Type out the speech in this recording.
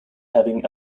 having